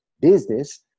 business